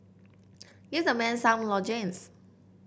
give the man some lozenges